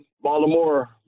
Baltimore